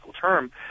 term